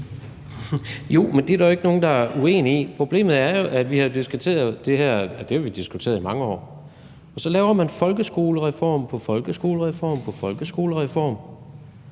Jo, men det er der jo ikke nogen der er uenig i. Problemet er jo, at vi har diskuteret det i mange år, og så laver man folkeskolereform på folkeskolereform, vel